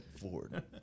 Ford